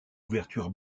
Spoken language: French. ouverture